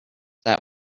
that